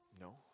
No